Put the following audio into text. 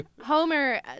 Homer